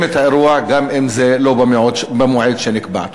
את האירוע גם אם זה לא במועד שנקבע.